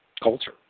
culture